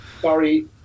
Sorry